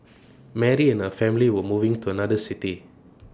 Mary and her family were moving to another city